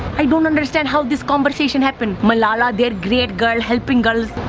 i don't understand how this conversation happened. malala, they're great girl, helping girls.